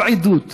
כל עדות